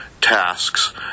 tasks